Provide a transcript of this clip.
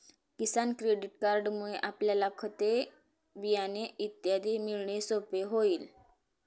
किसान credit कार्डमुळे आपल्याला खते, बियाणे इत्यादी मिळणे सोपे होईल